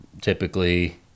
typically